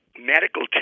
medical